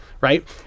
right